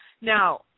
Now